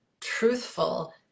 truthful